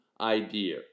idea